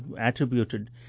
attributed